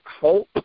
Hope